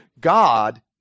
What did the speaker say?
God